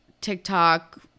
TikTok